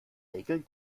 regeln